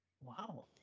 Wow